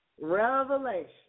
Revelation